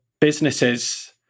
businesses